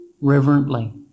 reverently